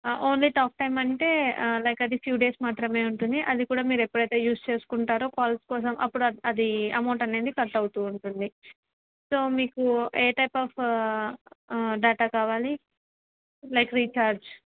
only talk time అంటే like అది few days మాత్రమే ఉంటుంది అది కూడా మీరు ఎప్పుడైతే యూస్ చేసుకుంటారో కాల్స్ కోసం అప్పుడు అది అమౌంట్ అనేది కట్ అవుతూ ఉంటుంది సో మీకు ఏ టైప్ ఆఫ్ డేటా కావాలి లైక్ రీఛార్జ్